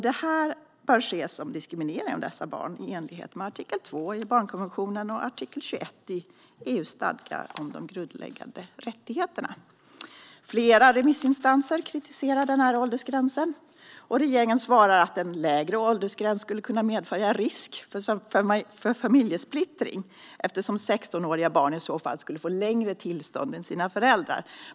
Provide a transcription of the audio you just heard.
Detta bör ses som diskriminering av dessa barn i enlighet med artikel 2 i barnkonventionen och artikel 21 i EU:s stadgar om de grundläggande rättigheterna. Flera remissinstanser kritiserar åldersgränsen, och regeringen svarar att en lägre åldersgräns skulle kunna medföra risk för familjesplittring, eftersom sextonåriga barn i så fall skulle få längre tillstånd än sina föräldrar.